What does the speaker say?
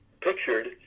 pictured